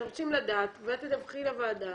אנחנו רוצים לדעת ואת תדווחי לוועדה,